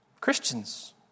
Christians